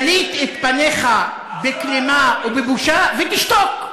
תליט את פניך בכלימה ובבושה ותשתוק.